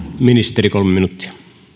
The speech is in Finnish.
ministeri kolme minuuttia